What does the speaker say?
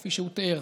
כפי שהוא תיאר,